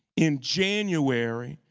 in january,